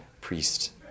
priest